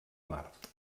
mart